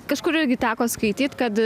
kažkur irgi teko skaityt kad